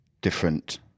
different